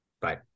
Bye